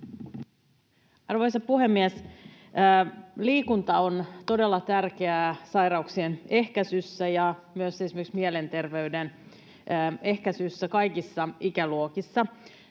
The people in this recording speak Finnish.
Arvoisa puhemies! Liikunta on todella tärkeää sairauksien ehkäisyssä ja myös esimerkiksi mielenterveysongelmien ehkäisyssä kaikissa ikäluokissa.